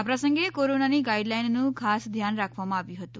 આ પ્રસંગે કોરોનાની ગાઇડલાઇનનું ખાસ ધ્યાન રાખવામાં આવ્યું હતું